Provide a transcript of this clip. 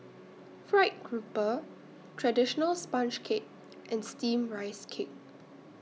Fried Grouper Traditional Sponge Cake and Steamed Rice Cake